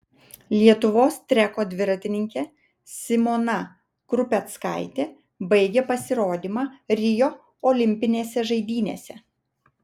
lietuvos treko dviratininkė simona krupeckaitė baigė pasirodymą rio olimpinėse žaidynėse